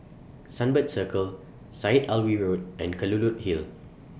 Sunbird Circle Syed Alwi Road and Kelulut Hill